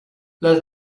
las